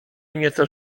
nieco